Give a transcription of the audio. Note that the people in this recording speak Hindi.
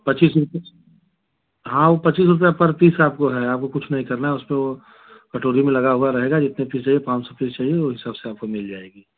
पच्चीस रुपीस हाँ वह पच्चीस रुपये पर पीस आपको है आपको कुछ नहीं करना उस पर वह कटोरी में लगा हुआ रहेगा जितने पीस चाहिए पाँच सौ पीस चाहिए उस हिसाब से आपको मिल जाएगी